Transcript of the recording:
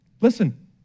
Listen